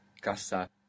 casa